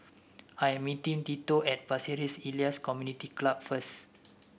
I am meeting Tito at Pasir Ris Elias Community Club first